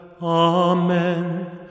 Amen